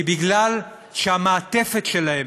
היא שהמעטפת שלהם,